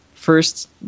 First